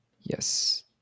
Yes